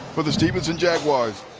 for the stephenson jaguars.